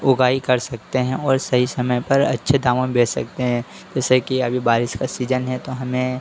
उगाई कर सकते हैं और सही समय पर अच्छे दामों में बेच सकते हैं जैसा कि अभी बारिश का सीजन है तो हमें